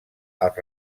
als